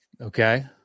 Okay